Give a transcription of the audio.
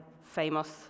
famous